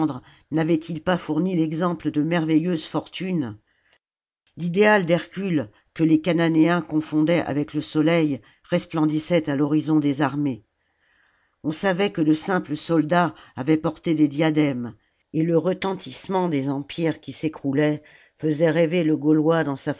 n'avaient-ils pas fourni l'exemple de merveilleuses fortunes l'idéal d'hercule que les chananéens confondaient avec le soleil resplendissait à l'horizon des armées on savait que de simples soldats avaient porté des diadèmes et le retentissement des empires qui s'écroulaient faisait rêver le gaulois dans sa